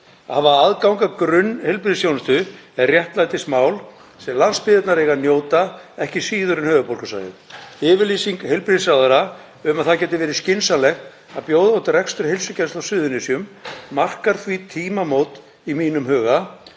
Að hafa aðgang að grunnheilbrigðisþjónustu er réttlætismál sem landsbyggðirnar eiga að njóta ekki síður en höfuðborgarsvæðið. Yfirlýsing heilbrigðisráðherra um að það gæti verið skynsamlegt að bjóða út rekstur heilsugæslu á Suðurnesjum markar því tímamót í mínum huga